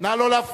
נא לא להפריע.